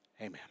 Amen